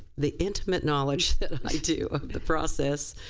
the intimate knowledge that i do of the process